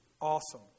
awesome